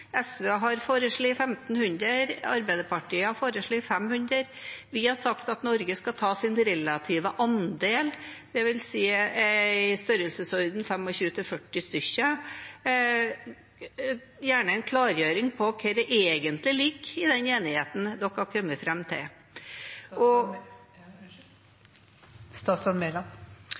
SV har foreslått 1 500, Arbeiderpartiet har foreslått 500. Vi har sagt at Norge skal ta sin relative andel, dvs. i størrelsesordenen 25–40. Vi ser gjerne at det kommer en klargjøring av hva som egentlig ligger i den enigheten man har kommet fram til.